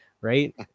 right